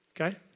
Okay